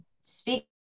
speak